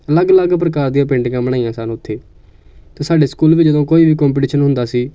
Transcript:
ਅਲੱਗ ਅਲੱਗ ਪ੍ਰਕਾਰ ਦੀਆਂ ਪੇਂਟਿੰਗਾਂ ਬਣਾਈਆਂ ਸਨ ਉੱਥੇ ਅਤੇ ਸਾਡੇ ਸਕੂਲ ਵੀ ਜਦੋਂ ਕੋਈ ਵੀ ਕੋਂਪਟੀਸ਼ਨ ਹੁੰਦਾ ਸੀ